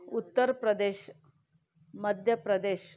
Uttar Pradesh Madhya Pradesh